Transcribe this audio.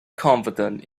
confident